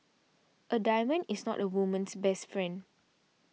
a diamond is not a woman's best friend